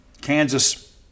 Kansas